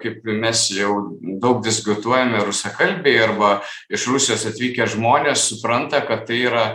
kaip mes jau daug diskutuojame rusakalbiai arba iš rusijos atvykę žmonės supranta kad tai yra